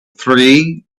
three